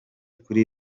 kuri